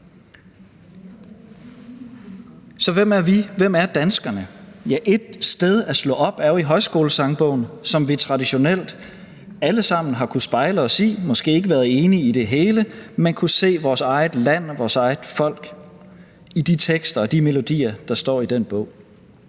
Så hvem er vi? Hvem er danskerne? Et sted at slå op er jo i Højskolesangbogen, som vi traditionelt alle sammen har kunnet spejle os i, måske ikke været enig i det hele, men man kunne se vores eget land og vores eget folk i de tekster og de melodier, der står i den bog.